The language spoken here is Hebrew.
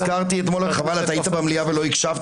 אתה היית במליאה ולא הקשבת